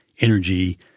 energy